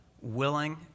willing